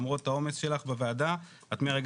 למרות העומס שלך בוועדה את מהרגע